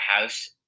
house